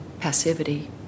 passivity